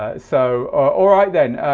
ah so all right then,